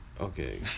Okay